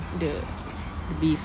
the beef